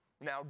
Now